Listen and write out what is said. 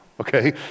okay